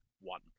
one